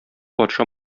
патша